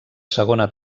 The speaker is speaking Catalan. segona